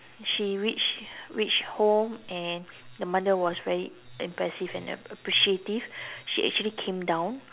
she reached reached home and the mother was very impressive and appreciative she actually came down